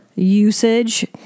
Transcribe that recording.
usage